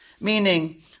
Meaning